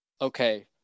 Okay